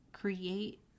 create